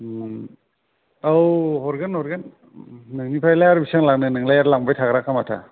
उम औ हरगोन हरगोन नोंनिफ्रायलाय आर बिसिबां लानो नोंलाय आर लांबाय थाग्राखा माथो